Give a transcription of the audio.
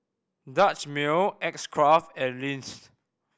Dutch Mill X Craft and Lindt